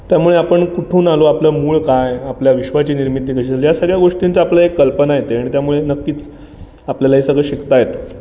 त्यामुळे आपण कुठून आलो आपलं मूळ काय आपल्या विश्वाची निर्मिती कशी झाली या सगळ्या गोष्टींची आपल्या एक कल्पना येते आणि त्यामुळे नक्कीच आपल्याला हे सगळं शिकता येतं